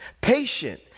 Patient